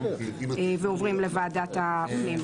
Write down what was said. ועוברים לוועדת הפנים.